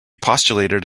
postulated